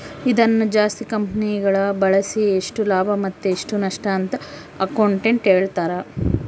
ಇದನ್ನು ಜಾಸ್ತಿ ಕಂಪೆನಿಗಳಗ ಬಳಸಿ ಎಷ್ಟು ಲಾಭ ಮತ್ತೆ ಎಷ್ಟು ನಷ್ಟಅಂತ ಅಕೌಂಟೆಟ್ಟ್ ಹೇಳ್ತಾರ